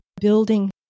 building